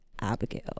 abigail